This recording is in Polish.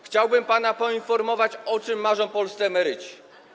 Chciałbym pana poinformować, o czym marzą polscy emeryci.